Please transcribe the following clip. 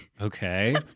Okay